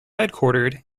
headquartered